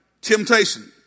temptation